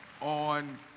on